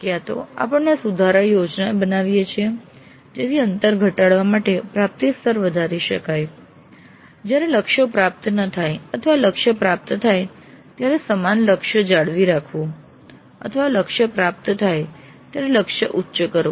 ક્યાં તો આપણે સુધારાની યોજના બનાવીએ છીએ જેથી અંતર ઘટાડવા માટે પ્રાપ્તિ સ્તર વધારી શકાય જ્યારે લક્ષ્યો પ્રાપ્ત ન થાય અથવા લક્ષ્ય પ્રાપ્ત થાય ત્યારે સમાન લક્ષ્ય જાળવી રાખવું અથવા લક્ષ્ય પ્રાપ્ત થાય ત્યારે લક્ષ્ય ઉચ્ચ કરવું